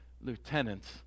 lieutenants